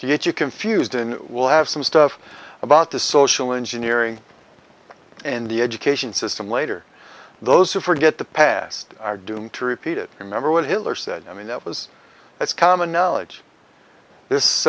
to get you confused and will have some stuff about the social engineering in the education system later those who forget the past are doomed to repeat it remember what hitler said i mean it was it's common knowledge this